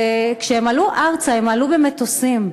וכשהם עלו ארצה הם עלו במטוסים.